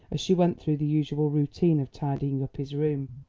as she went through the usual routine of tidying up his room?